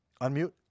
unmute